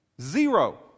zero